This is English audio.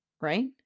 Right